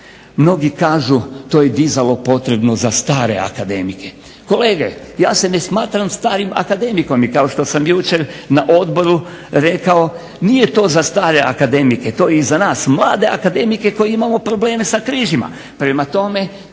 Mnogi kažu to je dizalo potrebno za stare akademike. Kolege, ja se ne smatram starim akademikom. I kao što sam jučer na odboru rekao nije to za stare akademike. To je i za nas mlade akademike koji imamo probleme sa križima. Prema tome, taj